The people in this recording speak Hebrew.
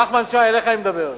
נחמן שי, אליך אני מדבר.